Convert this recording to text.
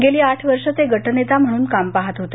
गेली आठ वर्ष ते गटनेता म्हणून काम पहात होते